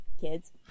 kids